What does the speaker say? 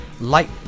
light